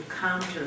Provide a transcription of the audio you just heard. counter